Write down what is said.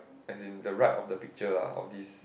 as in the right of the picture lah of this